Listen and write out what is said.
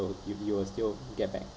if you will still get back